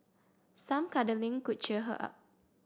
some cuddling could cheer her up